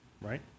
Right